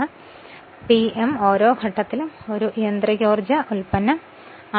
കൂടാതെ Pm ഓരോ ഘട്ടത്തിലും ഒരു യന്ത്രികോർജ ഉത്പന്നം ആണ്